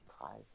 Private